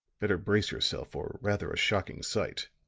better brace yourself for rather a shocking sight,